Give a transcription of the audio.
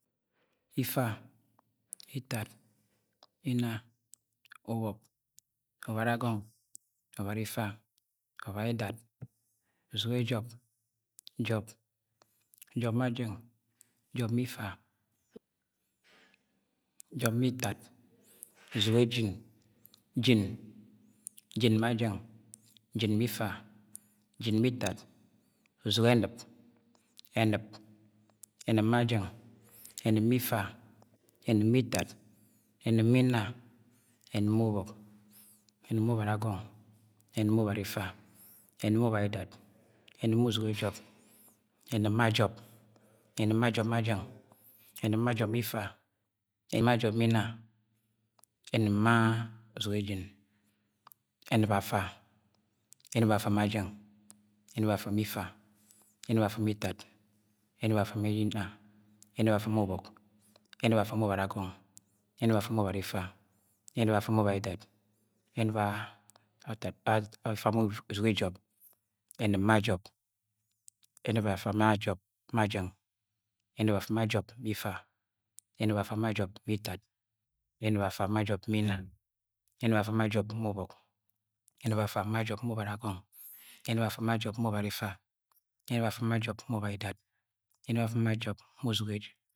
. ifa, ifad, inna, ubok, ubaragọn, ubarifa, ubaida, uzugejọp, jọp, jọp ma jẹng, jọp ma ifa, jọp ma itad, uzege jin, jin, jin, ma jẹng, jin ma ifa, jin ma itad, uzegẹnṫp, ẹnṫp, ẹnṫp ma jẹng, ẹnṫe ma ifa, ẹnṫp ma itad, ẹn+p ma inna, enip ma ubọk, enṫp ma ubaragọng, enṫp–ma ubarifa, ẹntip ma ubaidad, enṫp ma uzuge jọp, enṫma jọp, enṫp ma jọp ma jẹng, ẹnṫp ma jọp ma ifa, ẹnṫp ma uzuge jin, enṫp afa, enṫp afa ma jẹng, enṫp afa ma ifa, enṫp afa ma itad, en+p afa ma inna, ẹnṫp afa ma ubok, enṫp afa ma ubaragong, en+p afa ma ubarifa, ẹnṫp afa ma ubaided, enṫp afa ma uzugejọp, enṫp afa ma jop, enṫp afa ma jọp ma jẹng, enṫp afa ma jọp ma itad, anṫp afa majọp ma inna, enṫp afa ma jọp ma ubọk, ẹnṫp afa ma jop ma uragong, ẹnṫp afa ma jọp ma ubarifa, enṫp afa ma jop ma ubaidad enṫp afa ma jọp ma wzugejin.